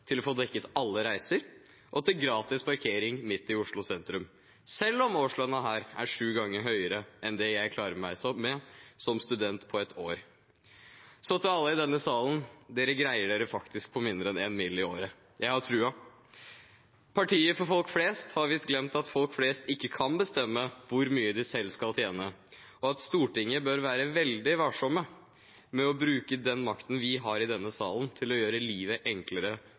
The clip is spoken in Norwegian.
til å få dekket alle reiser og til gratis parkering midt i Oslo sentrum, selv om årslønnen her er sju ganger høyere enn det jeg klarer meg med som student på et år. Til alle i denne salen: Dere greier dere faktisk på mindre enn 1 mill. kr i året – jeg har trua på dere! Partiet for folk flest har visst glemt at folk flest ikke kan bestemme hvor mye de selv skal tjene, og at Stortinget bør være veldig varsomme med å bruke den makten vi har i denne salen, til å gjøre livet enklere